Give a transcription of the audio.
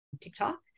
TikTok